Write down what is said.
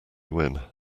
win